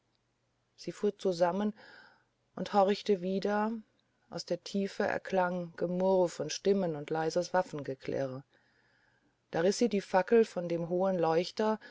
sie fuhr zusammen und horchte wieder aus der tiefe erklang gemurr von stimmen und leises waffengeklirr da riß sie die fackel von dem hohen leuchter